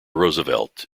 roosevelt